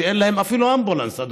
שאין להם אפילו אמבולנס,